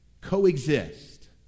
coexist